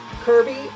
Kirby